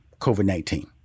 COVID-19